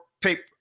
paper